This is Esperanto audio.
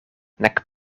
nek